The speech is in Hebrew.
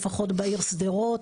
לפחות בעיר שדרות,